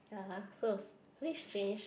ya I'm close a bit strange